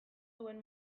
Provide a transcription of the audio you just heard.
duen